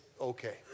okay